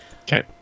Okay